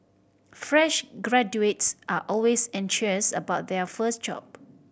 fresh graduates are always anxious about their first job